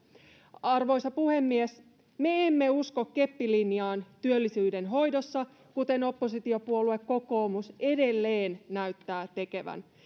arvoisa puhemies me emme usko keppilinjaan työllisyyden hoidossa kuten oppositiopuolue kokoomus edelleen näyttää tekevän